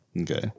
okay